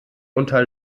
unter